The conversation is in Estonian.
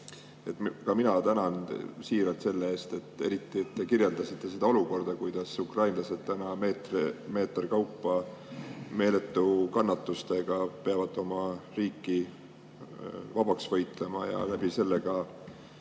mina tänan siiralt selle eest, eriti et te kirjeldasite seda olukorda, kuidas ukrainlased täna meeterhaaval meeletute kannatuste hinnaga peavad oma riiki vabaks võitlema ja läbi selle